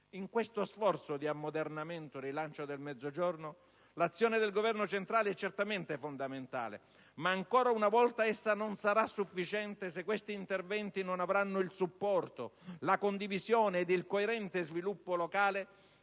In questo sforzo di ammodernamento e rilancio del Mezzogiorno, l'azione del Governo centrale è certamente fondamentale. Ma ancora una volta non sarà sufficiente se questi interventi non avranno il supporto, la condivisione ed il coerente sviluppo locale